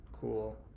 Cool